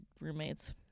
roommates